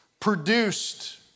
produced